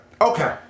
Okay